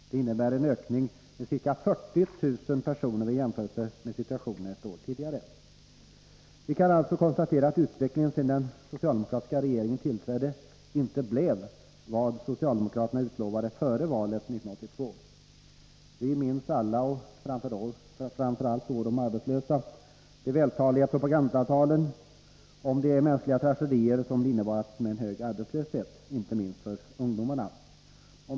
Detta innebär en ökning med ca 40 000 personer vid en jämförelse med situationen ett år tidigare. Vi kan alltså konstatera att utvecklingen sedan den socialdemokratiska regeringen tillträdde inte blev vad socialdemokraterna utlovade före valet 1982. Vi minns alla — och det gör framför allt de arbetslösa — de välformulerade propagandatalen om de mänskliga tragedier som en hög arbetslöshet medförde, inte minst bland ungdomarna.